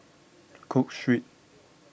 Cook Street